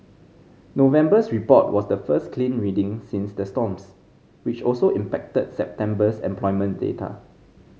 November's report was the first clean reading since the storms which also impacted September's employment data